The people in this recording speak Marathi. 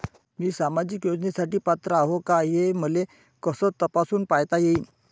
मी सामाजिक योजनेसाठी पात्र आहो का, हे मले कस तपासून पायता येईन?